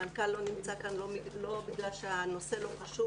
המנכ"ל לא נמצא כאן לא בגלל שהנושא לא חשוב,